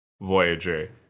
Voyager